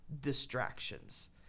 distractions